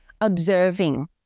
observing